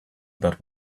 that